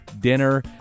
dinner